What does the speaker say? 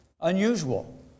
Unusual